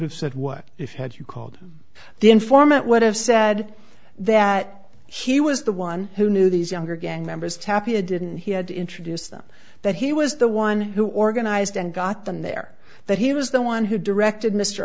have said what if had you called the informant would have said that he was the one who knew these younger gang members tapir didn't he had introduced them that he was the one who organized and got them there that he was the one who directed mr